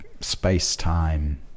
space-time